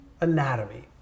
anatomy